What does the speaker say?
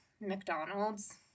McDonald's